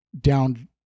down